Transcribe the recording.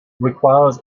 requires